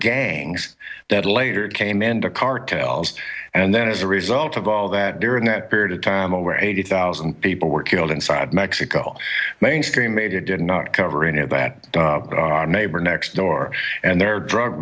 gangs that later came into cartels and then as a result of all that during that period of time over eighty thousand people were killed inside mexico mainstream media did not covering it that our neighbor next door and their drug